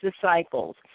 disciples